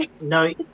No